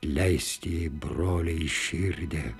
leisti broliai įširdę